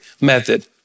method